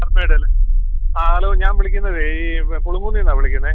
mermaid അല്ലേ ആ hello ഞാൻ വിളിക്കുന്നത് ഈ പുളിങ്കുന്നിൽ നിന്നാണ് വിളിക്കുന്നത്